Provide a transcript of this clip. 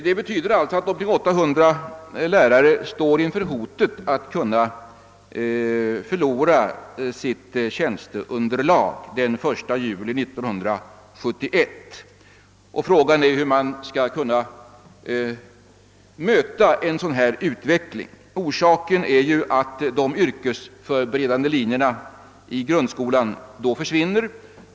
Det betyder alltså att omkring 800 lärare står inför hotet att förlora sitt tjänsteunderlag den 1 juli 1971 och frågan är hur man skall kunna möta en sådan utveckling. Orsaken till utvecklingen är ju att de yrkesförberedande linjerna i grundskolan försvinner.